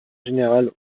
général